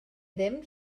ddim